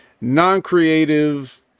non-creative